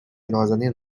نازنین